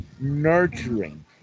nurturing